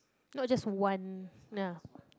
not just one ya